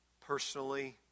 personally